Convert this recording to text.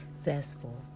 zestful